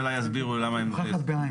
אני מדבר על מישהו אחר.